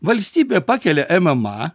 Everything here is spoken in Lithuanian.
valstybė pakelia mma